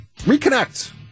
Reconnect